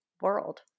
world